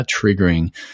triggering